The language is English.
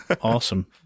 Awesome